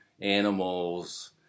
animals